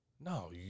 No